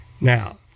Now